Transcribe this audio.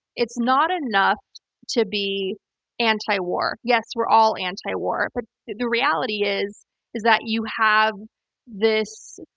it's not enough to be anti-war. yes, we're all anti-war, but the reality is is that you have this,